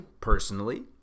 personally